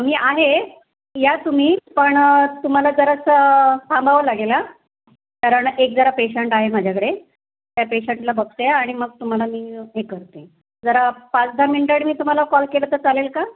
मी आहे या तुम्ही पण तुम्हाला जरासं थांबावं लागेल हा कारण एक जरा पेशंट आहे माझ्याकडे त्या पेशंटला बघते आणि मग तुम्हाला मी हे करते जरा पाच दहा मिनटानी मी तुम्हाला कॉल केला तर चालेल का